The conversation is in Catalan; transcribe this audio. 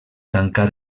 tancar